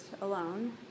alone